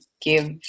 give